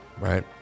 right